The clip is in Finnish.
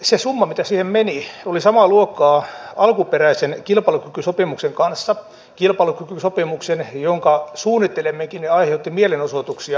se summa mitä siihen meni oli samaa luokkaa alkuperäisen kilpailukykysopimuksen kanssa kilpailukykysopimuksen jonka suunnitteleminenkin aiheutti mielenosoituksia